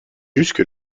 jusque